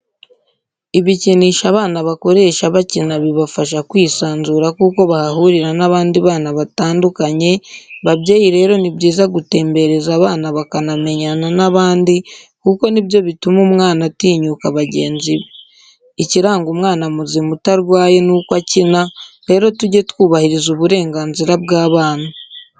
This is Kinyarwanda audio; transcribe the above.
Ibikinisho abana bakoresha bakina bibafasha kwisanzura kuko bahahurira n'abandi bana batandukanye, babyeyi rero ni byiza gutembereza abana bakanamenyana n'abandi kuko ni byo bituma umwana atinyuka bagenzi be. Ikiranga umwana muzima utarwaye ni uko akina, rero tujye twubahiriza uburenganzira bw'abana.